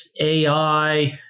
AI